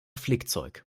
flickzeug